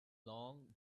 long